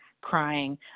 crying